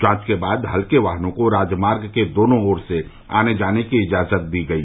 जांच के बाद हल्के वाहनों को राजमार्ग के दोनों ओर से आने जाने की इजाजत दी गई